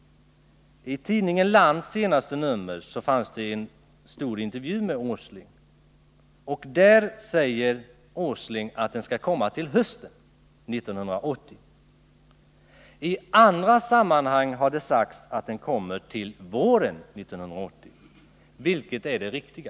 I tidningen Lands senaste nummer säger Nils Åsling i en stor intervju att den skall komma till hösten 1980. I andra sammanhang har det sagts att den kommer till våren 1980. Vilket är det riktiga?